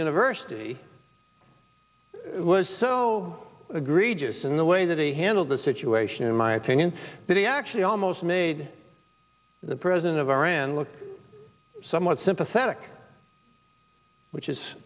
university was so agree just in the way that he handled the situation in my opinion that he actually almost made the president of iran look somewhat sympathetic which is